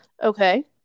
Okay